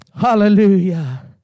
Hallelujah